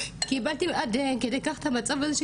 קבלתי עד כדי כך את המצב הזה,